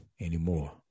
anymore